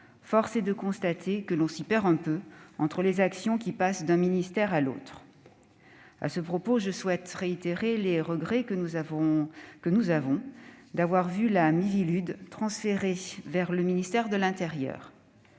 force est de constater que l'on s'y perd un peu entre les actions qui passent d'un ministère à l'autre. À ce propos, je souhaite répéter les regrets que nous inspire le transfert de la Miviludes au ministère de l'intérieur.